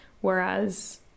Whereas